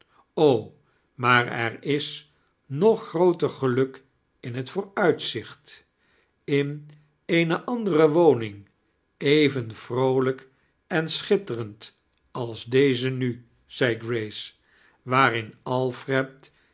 maar er is nog grooter geluk in t vooruitzicht in eene andere zoning even vroolijk en schitterend als deze nu zei grace waarin alfred